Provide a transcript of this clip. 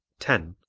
ten.